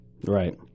Right